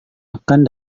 akan